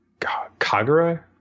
Kagura